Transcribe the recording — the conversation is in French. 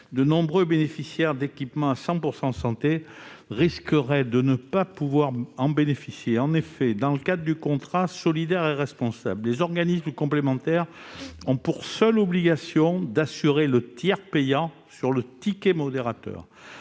de nombreux bénéficiaires d'équipements inclus dans le 100 % Santé risquent de ne pas pouvoir en bénéficier. En effet, dans le cadre du contrat solidaire et responsable, les organismes complémentaires ont pour seule obligation d'assurer le tiers payant sur le ticket modérateur.